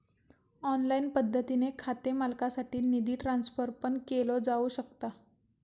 online पद्धतीने खाते मालकासाठी निधी ट्रान्सफर पण केलो जाऊ शकता